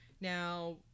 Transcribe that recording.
Now